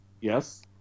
yes